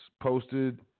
posted